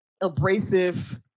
abrasive